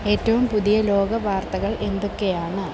ഏറ്റവും പുതിയ ലോക വാർത്തകൾ എന്തൊക്കെയാണ്